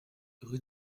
rue